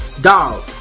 Dog